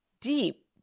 deep